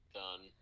done